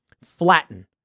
flatten